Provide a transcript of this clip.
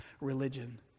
religion